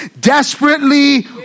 desperately